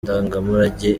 ndangamurage